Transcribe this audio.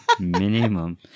Minimum